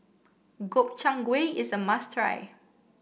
Gobchang Gui is a must try